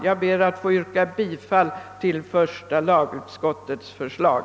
Jag ber att få yrka bifall till första lagutskottets hemställan.